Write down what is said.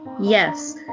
Yes